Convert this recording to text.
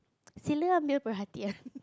Celia male